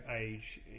age